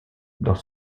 dans